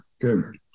good